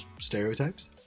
stereotypes